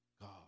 God